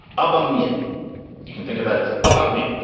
abam. you you can think about is about me.